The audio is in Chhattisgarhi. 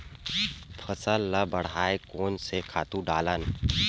फसल ल बढ़ाय कोन से खातु डालन?